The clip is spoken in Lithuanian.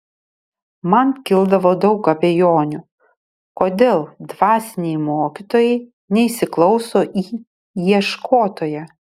man kildavo daug abejonių kodėl dvasiniai mokytojai neįsiklauso į ieškotoją